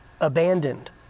abandoned